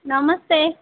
નમસ્તે